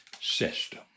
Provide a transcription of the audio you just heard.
system